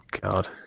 God